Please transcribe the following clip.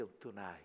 tonight